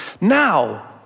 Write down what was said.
Now